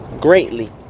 greatly